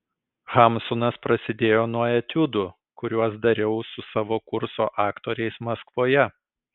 hamsunas prasidėjo nuo etiudų kuriuos dariau su savo kurso aktoriais maskvoje